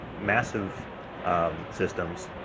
massive systems,